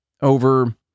over